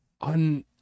On